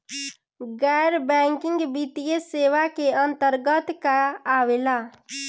गैर बैंकिंग वित्तीय सेवाए के अन्तरगत का का आवेला?